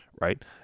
right